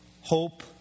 Hope